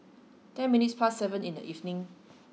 ten minutes past seven in the evening